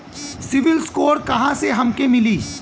CIBIL score कहाँसे हमके मिली?